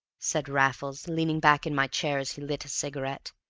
said raffles, leaning back in my chair as he lit a cigarette,